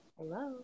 Hello